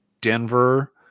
Denver